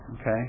Okay